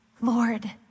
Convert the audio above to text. Lord